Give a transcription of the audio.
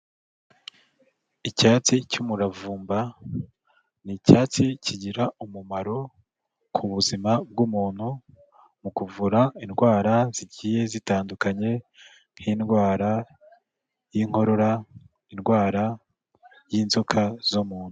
Icyatsi cy'umuravumba, ni icyatsi kigira umumaro ku buzima bw'umuntu, mu kuvura indwara zigiye zitandukanye, nk'indwara y'inkorora, indwara y'inzoka zo mu nda.